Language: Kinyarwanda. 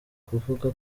kuvuga